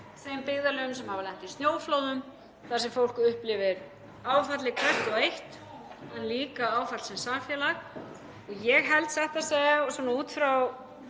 þeim byggðarlögum sem hafa lent í snjóflóðum þar sem fólk upplifir áfallið hvert og eitt, en líka áfall sem samfélag. Ég held satt að segja, út frá